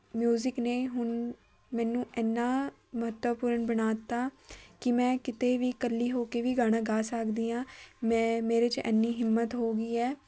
music ਨੇ ਹੁਣ ਮੈਨੂੰ ਐਨਾ ਮਹੱਤਵਪੂਰਨ ਬਣਾ ਤਾ ਕਿ ਮੈਂ ਕਿਤੇ ਵੀ ਇਕੱਲੀ ਹੋ ਕੇ ਵੀ ਗਾਣਾ ਗਾ ਸਕਦੀ ਹਾਂ ਮੈਂ ਮੇਰੇ 'ਚ ਐਨੀ ਹਿੰਮਤ ਹੋ ਗਈ ਹੈ